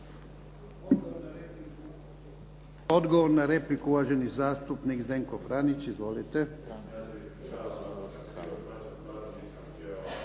Odgovor na repliku. Uvaženi zastupnik Zdenko Franić. Izvolite.